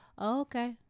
okay